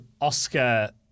Oscar